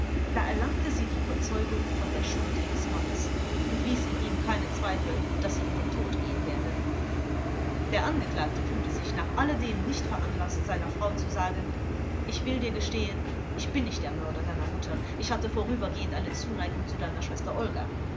da erlangte sie die überzeugung von der schuld ihres mannes und ließ in ihm keinen zweifel daß sie in den tod gehen werde der angeklagte fühlte sich nach alledem nicht veranlaßt seiner frau zu sagen ich will dir gestehen ich bin nicht der mörder deiner mutter ich hatte vorübergehend eine zuneigung zu deiner schwester